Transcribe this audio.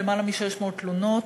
יותר מ-600 תלונות.